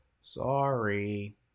sorry